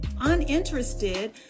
uninterested